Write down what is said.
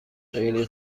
خیلی